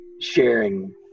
sharing